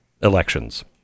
elections